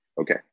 Okay